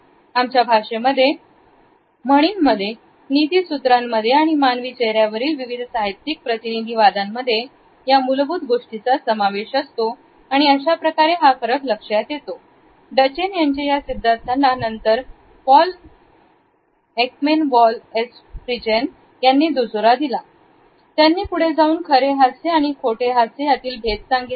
आमच्या भाषेमध्ये म्हणींमध्ये नीती सूत्रांमध्ये आणि मानवी चेहऱ्यावरील विविध साहित्यिक प्रतिनिधी वादांमध्ये या मूलभूत गोष्टीचा समावेश असतो आणि अशाप्रकारे हा फरक लक्षात येतो डचेन यांच्या या सिद्धांतांना तदनंतर पॉल एकमेन वॉलएस फ्रिजन यांनी दुजोरा दिला पुढील स्लाईड बघा त्यांनी पुढे जाऊन खरे हास्य आणि खोटे हास्य यातील भेद सांगितला